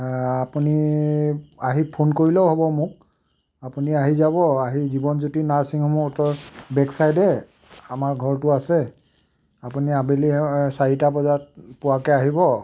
আপুনি আহি ফোন কৰিলেও হ'ব মোক আপুনি আহি যাব আহি জীৱনজ্যোতি নাৰ্ছিং হোমৰ উত্তৰ বেক চাইডে আমাৰ ঘৰটো আছে আপুনি আবেলি চাৰিটা বজাত পোৱাকৈ আহিব